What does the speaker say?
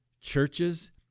churches